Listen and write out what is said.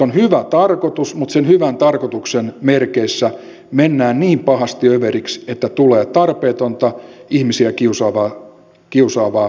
on hyvä tarkoitus mutta sen hyvän tarkoituksen merkeissä mennään niin pahasti överiksi että tulee tarpeetonta ihmisiä kiusaavaa määräyskokoelmaa